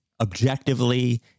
objectively